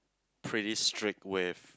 pretty strict with